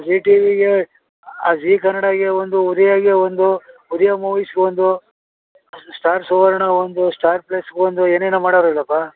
ಜೀ ಟಿ ವಿಗೆ ಆ ಜೀ ಕನ್ನಡಗೆ ಒಂದು ಉದಯಗೆ ಒಂದು ಉದಯ ಮೂವೀಸ್ಗೆ ಒಂದು ಸ್ಟಾರ್ ಸುವರ್ಣ ಒಂದು ಸ್ಟಾರ್ ಪ್ಲಸ್ಗೆ ಒಂದು ಏನೇನೋ ಮಾಡವ್ರಲಪ್ಪ